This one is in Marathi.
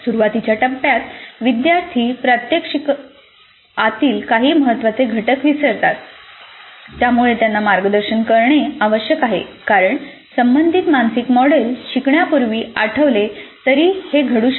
सुरुवातीच्या टप्प्यात विद्यार्थी प्रात्यक्षिकातील काही महत्त्वाचे घटक विसरतात त्यामुळे त्यांना मार्गदर्शन करणे आवश्यक आहे कारण संबंधित मानसिक मॉडेल शिकण्यापूर्वी आठवले तरी हे घडू शकते